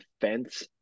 defense